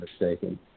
mistaken